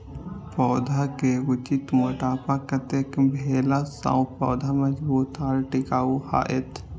पौधा के उचित मोटापा कतेक भेला सौं पौधा मजबूत आर टिकाऊ हाएत?